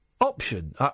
option